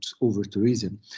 over-tourism